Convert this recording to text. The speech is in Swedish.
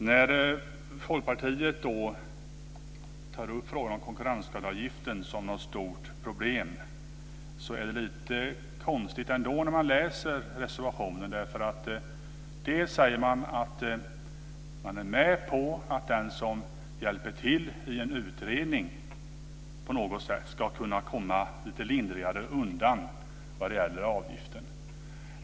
Herr talman! När Folkpartiet tar upp frågan om konkurrensskadeavgiften som ett stort problem är det ändå lite konstigt när man läser reservationen. Dels säger man att man är med på att den som hjälper till i en utredning på något sätt ska kunna komma lite lindrigare undan vad gäller avgiften.